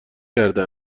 کرده